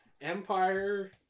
Empire